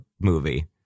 movie